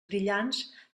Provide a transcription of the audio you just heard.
brillants